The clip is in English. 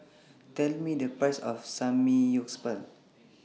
Tell Me The Price of Samgyeopsal